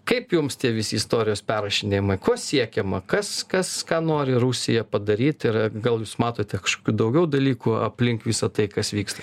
kaip jums tie visi istorijos perrašinėjamai ko siekiama kas kas ką nori rusija padaryt ir gal jūs matote kažkokių daugiau dalykų aplink visa tai kas vyksta